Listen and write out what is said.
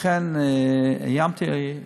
לכן איימתי,